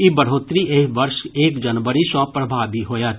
ई बढ़ोतरी एहि वर्ष एक जनवरी सॅ प्रभावी होयत